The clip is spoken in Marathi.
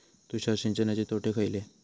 तुषार सिंचनाचे तोटे खयले?